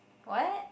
what